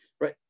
right